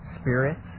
spirits